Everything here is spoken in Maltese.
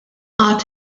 għad